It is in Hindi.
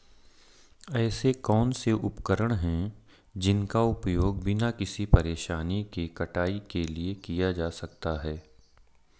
ऐसे कौनसे उपकरण हैं जिनका उपयोग बिना किसी परेशानी के कटाई के लिए किया जा सकता है?